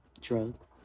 drugs